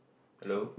hello